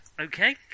Okay